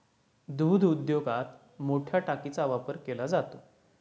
दूध उद्योगात मोठया टाकीचा वापर केला जातो